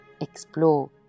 explore